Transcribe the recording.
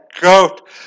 goat